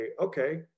okay